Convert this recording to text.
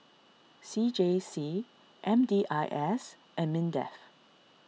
C J C M D I S and Mindef